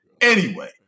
Anyway-